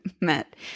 met